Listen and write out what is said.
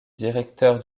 directeur